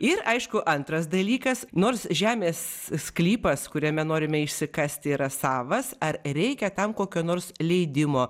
ir aišku antras dalykas nors žemės sklypas kuriame norime išsikasti yra savas ar reikia tam kokio nors leidimo